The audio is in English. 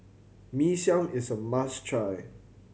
Mee Siam is a must try